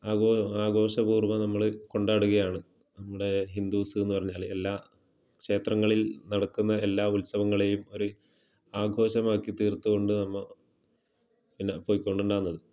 ആഘോഷം ആഘോഷപ്പൂർവ്വം നമ്മൾ കൊണ്ടാടുകയാണ് ഇവിടെ ഹിന്ദൂസ്ന്ന് പറഞ്ഞാൽ എല്ലാ ക്ഷേത്രങ്ങളിൽ നടക്കുന്ന എല്ലാ ഉത്സവങ്ങളെയും ഒരു ആഘോഷമാക്കിത്തീർത്ത് കൊണ്ട് നമ്മൾ പിന്നെ പോയിക്കൊണ്ടണ്ടാന്ന്